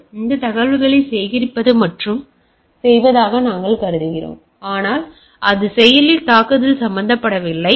எனவே இது தகவல்களைச் சேகரிப்பது மற்றும் செய்வதாக நாங்கள் கூறுகிறோம் ஆனால் அது செயலில் தாக்குதல் சம்பந்தப்படவில்லை